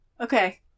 Okay